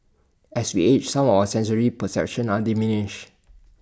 as we age some of our sensory perceptions are diminished